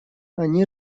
они